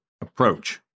approach